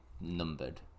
numbered